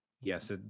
yes